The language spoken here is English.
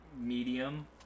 medium